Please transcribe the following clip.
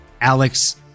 Alex